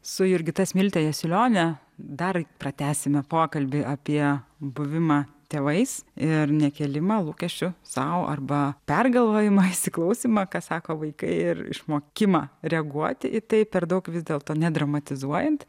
su jurgita smilte jasiulionė dar pratęsime pokalbį apie buvimą tėvais ir nekėlimą lūkesčių sau arba pergalvojimą įsiklausymą ką sako vaikai ir išmokimą reaguoti į tai per daug vis dėlto nedramatizuojant